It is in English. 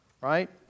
Right